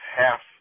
half